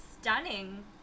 stunning